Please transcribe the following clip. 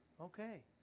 Okay